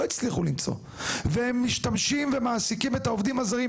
לא הצליחו למצוא והם משתמשים ומעסיקים את העובדים הזרים,